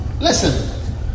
Listen